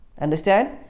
Understand